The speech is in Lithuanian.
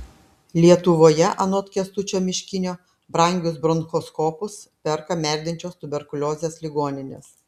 lietuvoje anot kęstučio miškinio brangius bronchoskopus perka merdinčios tuberkuliozės ligoninės